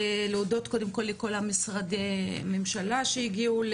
להודות קודם כל לכל משרדי הממשלה שהגיעו,